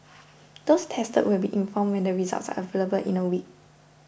those tested will be informed when the results are available in a week